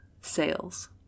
sales